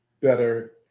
better